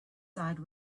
side